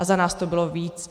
A za nás to bylo víc.